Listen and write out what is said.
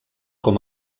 com